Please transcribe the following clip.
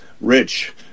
Rich